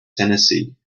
tennessee